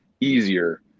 easier